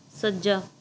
ਸੱਜਾ